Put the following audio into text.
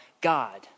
God